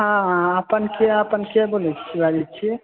हाँ अपन के बाजै छियै